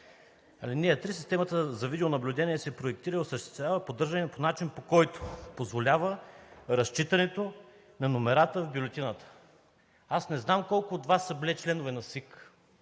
ал. 3, че системата за видеонаблюдение се проектира, осъществява и поддържа по начин, по който позволява разчитането на номерата в бюлетината. Аз не знам колко от Вас са били членове на СИК,